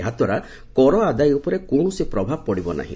ଏହାଦ୍ୱାରା କର ଆଦାୟ ଉପରେ କୌଣସି ପ୍ରଭାବ ପଡ଼ିବ ନାହି